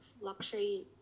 luxury